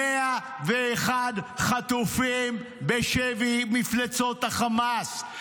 101 חטופים בשבי מפלצות החמאס.